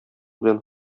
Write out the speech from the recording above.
белән